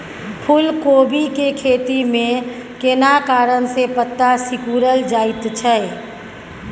फूलकोबी के खेती में केना कारण से पत्ता सिकुरल जाईत छै?